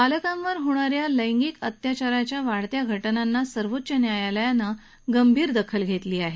बालकांवर होणाऱ्या लैंगिक अत्याचाराच्या वाढत्या घटनांना सर्वोच्च न्यायालयानं गांभीर्यानं घेतलं आहे